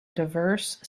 diverse